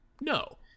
No